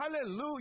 Hallelujah